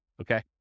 Okay